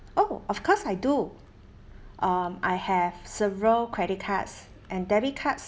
oh of course I do um I have several credit cards and debit cards